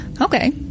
okay